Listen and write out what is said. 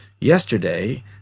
yesterday